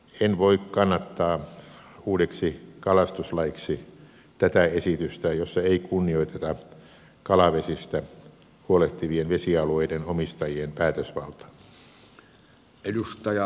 en voi kannattaa uudeksi kalastuslaiksi tätä esitystä jossa ei kunnioiteta kalavesistä huolehtivien vesialueiden omistajien päätösvaltaa